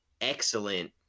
excellent